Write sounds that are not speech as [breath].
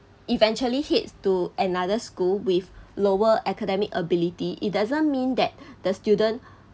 eventually heads to another school with lower academic ability it doesn't mean that [breath] the student